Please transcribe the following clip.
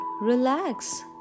relax